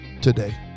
today